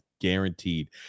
guaranteed